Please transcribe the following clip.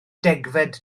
degfed